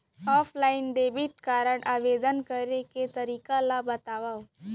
Offline debit card आवेदन करे के तरीका ल बतावव?